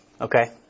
okay